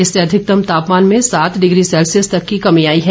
इससे अधिकतम तापमान में सात डिग्री सैल्सियस तक की कमी आई है